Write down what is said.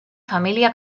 familia